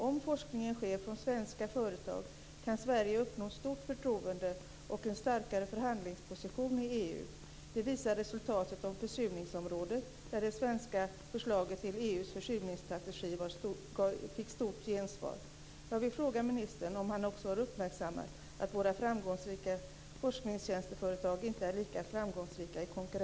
Om forskningen sker från svenska företag kan Sverige uppnå stort förtroende och en starkare förhandlingsposition i EU. Det visar resultatet på försurningsområdet, där det svenska förslaget till försurningsstrategi för EU fick stort gensvar.